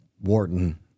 Wharton